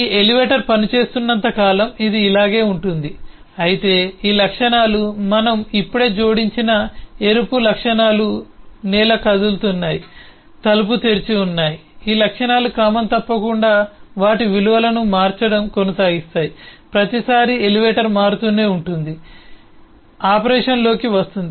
ఈ ఎలివేటర్ పనిచేస్తున్నంత కాలం ఇది అలాగే ఉంటుంది అయితే ఈ లక్షణాలు మనం ఇప్పుడే జోడించిన ఎరుపు లక్షణాలు నేల కదులుతున్నాయి తలుపు తెరిచి ఉన్నాయి ఈ లక్షణాలు క్రమం తప్పకుండా వాటి విలువలను మార్చడం కొనసాగిస్తాయి ప్రతిసారీ ఎలివేటర్గా మారుతూనే ఉంటుంది ఆపరేషన్లోకి వస్తుంది